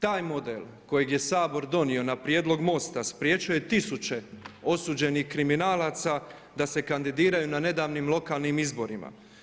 Taj model kojeg je Sabor donio na prijedlog MOST-a spriječio je tisuće osuđenih kriminalaca da se kandidiraju na nedavnim lokalnim izborima.